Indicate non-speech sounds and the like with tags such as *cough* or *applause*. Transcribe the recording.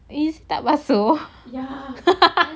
eh tak basuh *laughs*